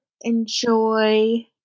enjoy –